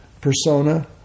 persona